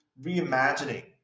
reimagining